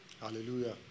Hallelujah